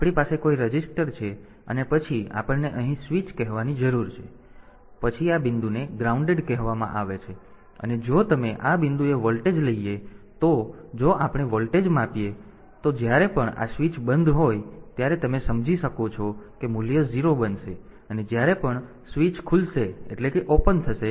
તેથી આપણી પાસે કોઈ રજીસ્ટર છે અને પછી આપણને અહીં સ્વિચ કહેવાની જરૂર છે અને પછી આ બિંદુને ગ્રાઉન્ડેડ કહેવામાં આવે છે અને જો તમે આ બિંદુએ વોલ્ટેજ લઈએ તો જો આપણે વોલ્ટેજને માપીએ તો જ્યારે પણ આ સ્વીચ બંધ હોય ત્યારે તમે સમજી શકો છો કે મૂલ્ય 0 બનશે અને જ્યારે પણ સ્વીચ ખુલશે ત્યારે મૂલ્ય 1 થશે